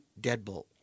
deadbolt